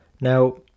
Now